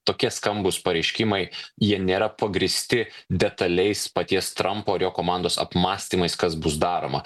tokie skambūs pareiškimai jie nėra pagrįsti detaliais paties trampo ir jo komandos apmąstymais kas bus daroma